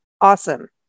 awesome